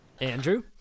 Andrew